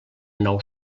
nou